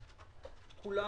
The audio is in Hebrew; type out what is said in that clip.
כולנו,